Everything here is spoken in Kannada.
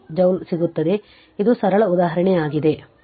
25 ಜೌಲ್ ಸಿಗುತ್ತದೆ ಇದು ಸರಳ ಉದಾಹರಣೆ ಆಗಿದೆ